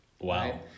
Wow